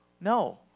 no